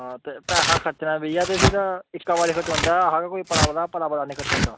हां ते पैसा खर्चना भैया ते फिर इक्के बारी खर्चोंदा कोई पलै पलै पलै पलै नेईं खर्चोंदा